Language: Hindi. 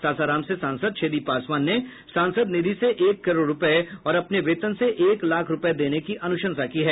सासाराम से सांसद छेदी पासवान ने सांसद निधि से एक करोड़ रूपये और अपने वेतन से एक लाख रूपये देने की अनुंशसा की है